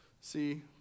See